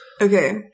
Okay